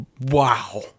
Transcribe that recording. wow